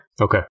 Okay